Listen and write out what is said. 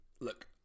look